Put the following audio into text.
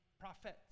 prophets